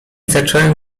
zacząłem